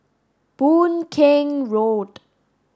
Boon Keng Road